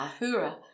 ahura